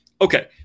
Okay